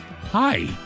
Hi